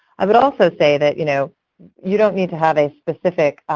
i would also say that you know you don't need to have a specific